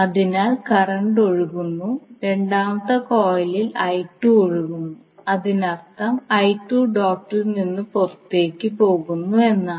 അതിനാൽ കറന്റ് ഒഴുകുന്നു രണ്ടാമത്തെ കോയിലിൽ ഒഴുകുന്നു അതിനർത്ഥം ഡോട്ടിൽ നിന്ന് പുറത്തേക്ക് പോകുന്നു എന്നാണ്